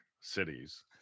cities